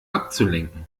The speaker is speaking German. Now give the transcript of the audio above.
abzulenken